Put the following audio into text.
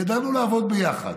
ידענו לעבוד ביחד.